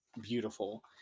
beautiful